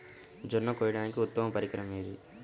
జొన్న కోయడానికి ఉత్తమ పరికరం ఏది?